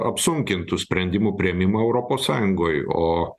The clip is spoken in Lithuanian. apsunkintų sprendimų priėmimą europos sąjungoj o